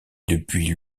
depuis